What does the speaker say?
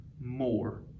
more